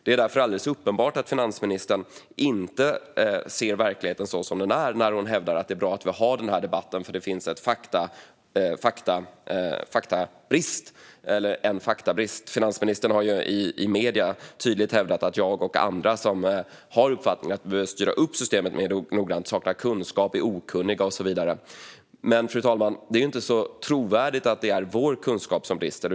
Det är alldeles uppenbart att finansministern inte ser verkligheten som den är när hon hävdar att det är bra att vi har den här debatten eftersom det finns en brist på fakta. Finansministern har ju i medierna tydligt hävdat att jag och andra som har uppfattningen att vi behöver styra upp systemet mer noggrant saknar kunskap och så vidare. Fru talman! Det är inte så trovärdigt att det är vår kunskap som brister.